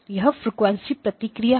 यह फ्रीक्वेंसी प्रतिक्रिया है